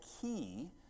key